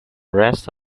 rest